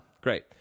Great